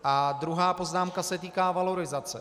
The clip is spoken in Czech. A druhá poznámka se týká valorizace.